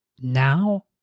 Now